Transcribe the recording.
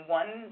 one